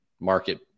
market